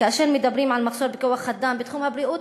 כאשר מדברים על מחסור בכוח-אדם בתחום הבריאות